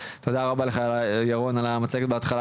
תודה רבה לך ירון על המצגת בהתחלה,